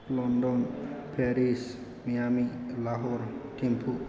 London Paris Miami Lahore Thimphu